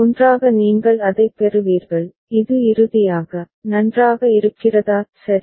ஒன்றாக நீங்கள் அதைப் பெறுவீர்கள் இது இறுதியாக நன்றாக இருக்கிறதா சரி